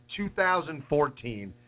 2014